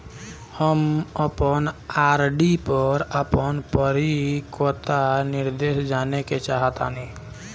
हम अपन आर.डी पर अपन परिपक्वता निर्देश जानेके चाहतानी